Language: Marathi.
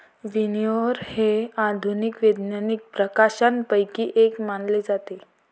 विनओवर हे आधुनिक वैज्ञानिक प्रकाशनांपैकी एक मानले जाते